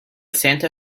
santa